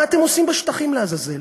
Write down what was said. מה אתם עושים בשטחים, לעזאזל?